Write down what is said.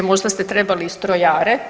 Možda ste trebali i strojare?